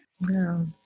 No